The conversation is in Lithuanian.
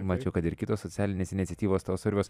mačiau kad ir kitos socialinės iniciatyvos tau svarbios